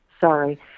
sorry